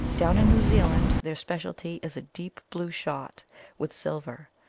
down in new zealand their speciality is a deep blue shot with sil ver,